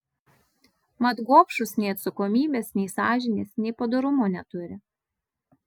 mat gobšūs nei atsakomybės nei sąžinės nei padorumo neturi